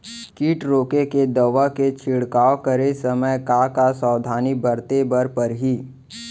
किट रोके के दवा के छिड़काव करे समय, का का सावधानी बरते बर परही?